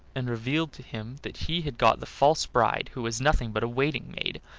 and revealed to him that he had got the false bride, who was nothing but a waiting-maid,